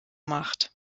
macht